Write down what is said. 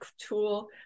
tool